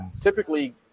typically